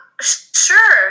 sure